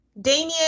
damien